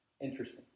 Interesting